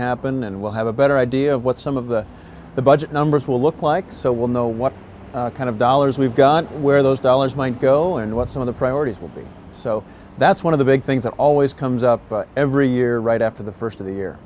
happen and we'll have a better idea of what some of the the budget numbers will look like so we'll know what kind of dollars we've got where those dollars might go and what some of the priorities will be so that's one of the big things that always comes up every year right after the first of the year